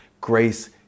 Grace